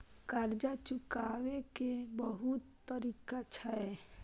कर्जा चुकाव के बहुत तरीका छै?